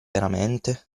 veramente